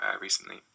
recently